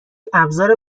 ابزار